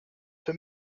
for